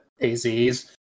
az's